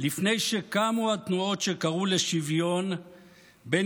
לפני שקמו התנועות שקראו לשוויון בין